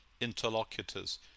interlocutors